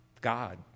God